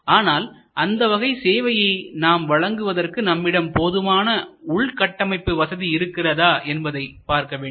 ஆனால் அந்த வகை சேவையை நாம் வழங்குவதற்கு நம்மிடம் போதுமான உள்கட்டமைப்பு வசதி இருக்கிறதா என்பதை பார்க்க வேண்டும்